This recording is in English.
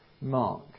Mark